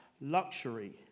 luxury